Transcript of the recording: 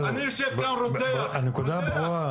אני יושב כאן --- הנקודה ברורה.